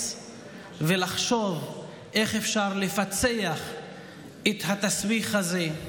ולחשוב איך אפשר לפצח את התסביך הזה,